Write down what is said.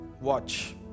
watch